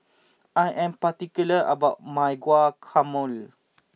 I am particular about my Guacamole